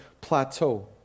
plateau